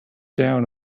down